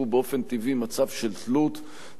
שהוא באופן טבעי מצב של תלות,